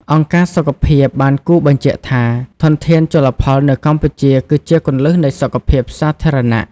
អង្គការសុខភាព បានគូសបញ្ជាក់ថា ធនធានជលផលនៅកម្ពុជាគឺជាគន្លឹះនៃសុខភាពសាធារណៈ។